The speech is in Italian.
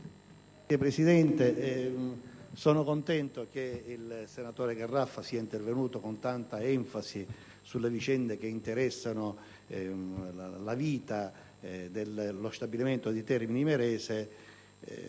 Presidente, sono contento che il senatore Garraffa sia intervenuto con tanta enfasi sulle vicende che interessano la vita dello stabilimento di Termini Imerese.